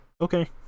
okay